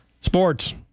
Sports